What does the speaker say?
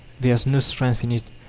there is no strength in it.